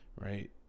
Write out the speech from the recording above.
right